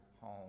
home